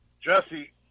Jesse